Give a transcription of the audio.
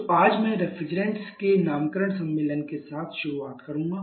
तो आज मैं रेफ्रिजरेंट्स के नामकरण सम्मेलन के साथ शुरुआत करूंगा